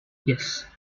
yes